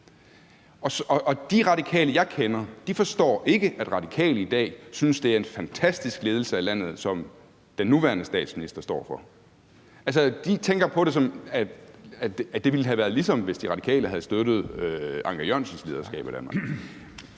De Radikale, jeg kender, forstår ikke, at Radikale i dag synes, det er en fantastisk ledelse af landet, som den nuværende statsminister står for. Altså, de tænker på det sådan, at det ville have været, ligesom hvis De Radikale havde støttet Anker Jørgensens lederskab af Danmark.